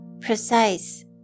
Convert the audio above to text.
precise